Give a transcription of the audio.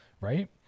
right